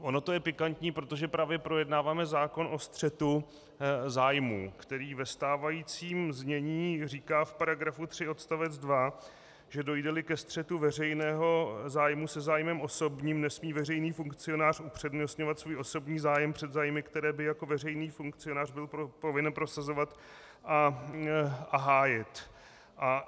Ono je to pikantní, protože právě projednáváme zákon o střetu zájmů, který ve stávajícím znění říká v § 3 odst. 2, že dojdeli ke střetu veřejného zájmu se zájmem osobním, nesmí veřejný funkcionář upřednostňovat svůj osobní zájem před zájmy, které by jako veřejný funkcionář byl povinen prosazovat a hájit.